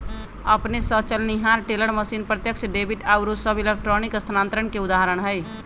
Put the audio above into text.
अपने स चलनिहार टेलर मशीन, प्रत्यक्ष डेबिट आउरो सभ इलेक्ट्रॉनिक स्थानान्तरण के उदाहरण हइ